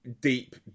Deep